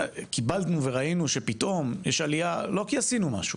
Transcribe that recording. באנו וראינו שפתאום יש עלייה לא כי עשינו משהו,